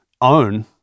own –